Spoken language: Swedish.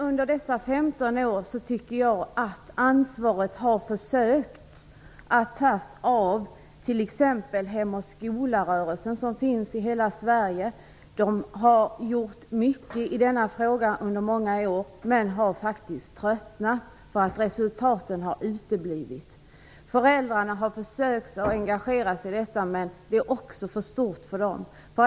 Under dessa 15 år tycker jag att ansvaret har försökts att tas av t.ex. Hem och skola-rörelsen, som finns i hela Sverige. Den har gjort mycket i denna fråga under många år men har faktiskt tröttnat, eftersom resultaten har uteblivit. Föräldrarna har försökt att engagera sig i detta, men det är också för stort för dem.